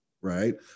Right